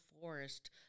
forest